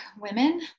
women